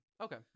Okay